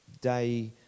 day